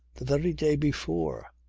the very day before!